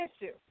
issue